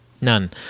None